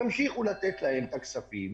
תמשיכו לתת להם את הכספים,